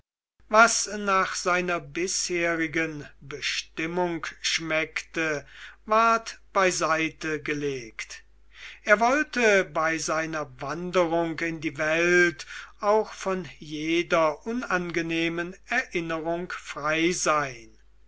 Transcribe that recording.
was nach seiner bisherigen bestimmung schmeckte ward beiseitegelegt er wollte bei seiner wanderung in die welt auch von jeder unangenehmen erinnerung frei sein